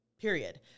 period